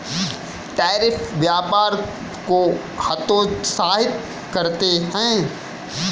tariff व्यापार को हतोत्साहित करते हैं